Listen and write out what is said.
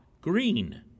green